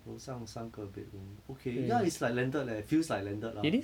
楼上三个 bedroom okay ya it's like landed leh feels like landed lah